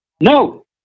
No